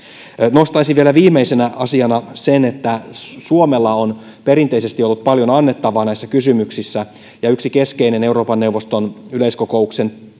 nostaisin vielä viimeisenä asiana sen että suomella on perinteisesti ollut paljon annettavaa näissä kysymyksissä yksi keskeinen euroopan neuvoston yleiskokouksen